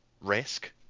risk